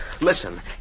Listen